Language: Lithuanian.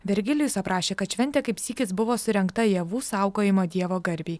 vergilijus aprašė kad šventė kaip sykis buvo surengta javų saugojimo dievo garbei